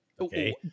Okay